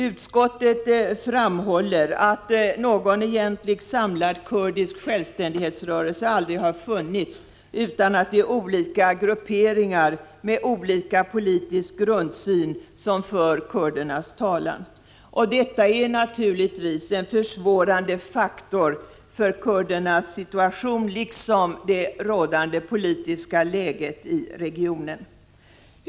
Utskottet framhåller att någon egentlig samlad kurdisk självständighetsrörelse aldrig har funnits utan att det är olika grupperingar med olika politisk grundsyn som för kurdernas talan. Detta är naturligtvis, liksom det rådande politiska läget i regionen, en försvårande faktor för kurdernas situation.